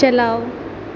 چلاؤ